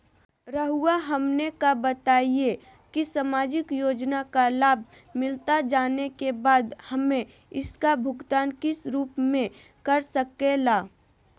रहुआ हमने का बताएं की समाजिक योजना का लाभ मिलता जाने के बाद हमें इसका भुगतान किस रूप में कर सके ला?